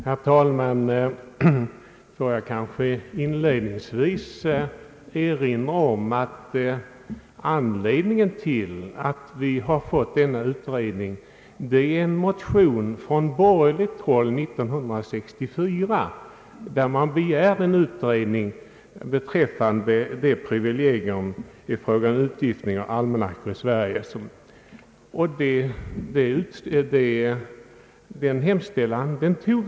Herr talman! Låt mig inledningsvis erinra om att anledningen till att vi har fått denna utredning är en motion från borgerligt håll år 1964 med begäran om en utredning beträffande privilegiet för utgivningen av almanackor i Sverige.